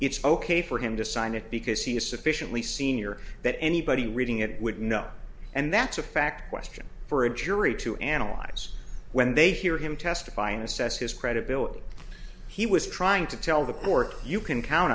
it's ok for him to sign it because he is sufficiently senior that anybody reading it would know and that's a fact question for a jury to analyze when they hear him testify and assess his credibility he was trying to tell the court you can count